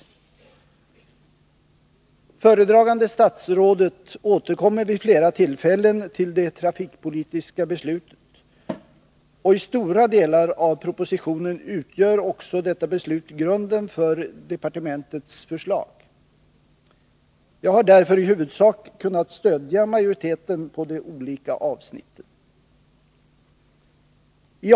Föredragande statsrådet återkommer vid flera tillfällen till det trafikpolitiska beslutet, och i stora delar av propositionen utgör också detta beslut grunden för departementets förslag. Jag har därför i huvudsak kunnat stödja majoriteten i de olika avsnitten.